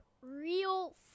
real